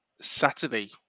Saturday